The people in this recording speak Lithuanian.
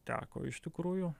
teko iš tikrųjų